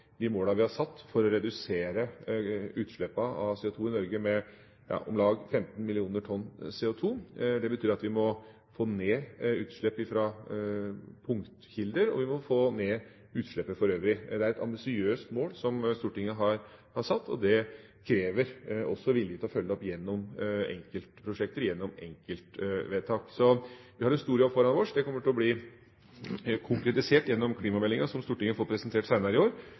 De målene vi har satt om å redusere utslippene av CO2 i Norge med om lag 15 millioner tonn CO2, betyr at vi må få ned utslipp fra punktkilder, og vi må få ned utslippet for øvrig. Det er et ambisiøst mål som Stortinget har satt, og det krever også vilje til å følge det opp gjennom enkeltprosjekter, gjennom enkeltvedtak. Vi har en stor jobb foran oss. Det kommer til å bli konkretisert gjennom klimameldinga som Stortinget får presentert senere i år.